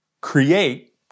create